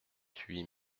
huit